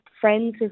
Friends